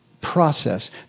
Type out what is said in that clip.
process